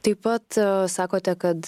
taip pat sakote kad